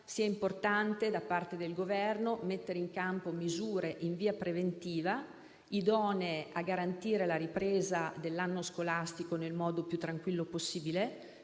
sia importante da parte del Governo mettere in campo misure in via preventiva idonee a garantire la ripresa dell'anno scolastico nel modo più tranquillo possibile;